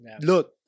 look